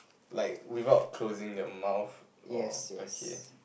like without closing their mouth or okay